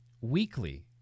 weekly